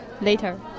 later